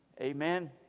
Amen